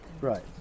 Right